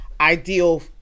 ideal